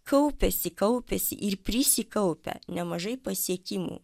kaupiasi kaupiasi ir prisikaupę nemažai pasiekimų